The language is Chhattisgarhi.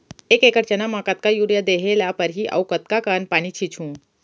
एक एकड़ चना म कतका यूरिया देहे ल परहि अऊ कतका कन पानी छींचहुं?